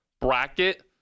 bracket